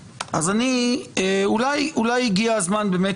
אולי הגיע הזמן באמת,